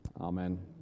Amen